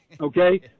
Okay